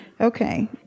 Okay